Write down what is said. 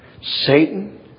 Satan